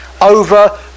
over